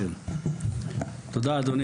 תודה, אדוני